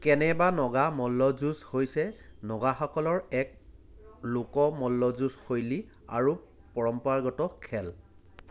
কেনে বা নগা মল্লযুঁজ হৈছে নগাসকলৰ এক লোক মল্লযুঁজ শৈলী আৰু পৰম্পৰাগত খেল